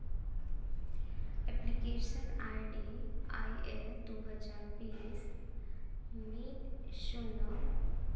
application ID ᱟᱭ ᱮᱹ ᱫᱩ ᱦᱟᱡᱟᱨ ᱵᱤᱥ ᱢᱤᱫ ᱥᱩᱱᱱᱚ